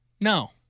No